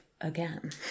again